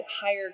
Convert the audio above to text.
higher